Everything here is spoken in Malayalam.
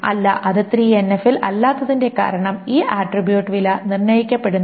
അല്ല അത് 3NF ൽ അല്ലാത്തതിന്റെ കാരണം ഈ ആട്രിബ്യൂട്ട് വില നിർണ്ണയിക്കപ്പെടുന്നത്